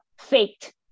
faked